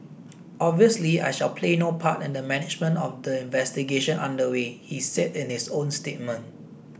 obviously I shall play no part in the management of the investigation under way he said in his own statement